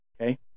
Okay